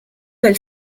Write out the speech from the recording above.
del